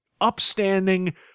upstanding